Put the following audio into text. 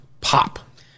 pop